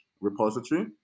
repository